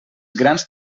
grans